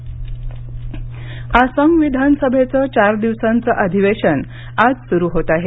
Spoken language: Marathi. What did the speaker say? आसाम विधानसभा आसाम विधानसभेचं चार दिवसांचं अधिवेशन आज सुरू होत आहे